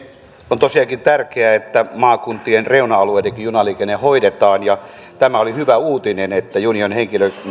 on tosiaankin tärkeää että maakuntien reuna alueidenkin junaliikenne hoidetaan ja tämä oli hyvä uutinen että junien